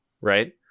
right